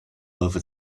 over